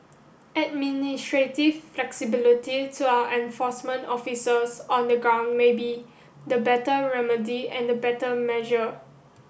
administrative flexibility to our enforcement officers on the ground may be the better remedy and the better measure